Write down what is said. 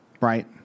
right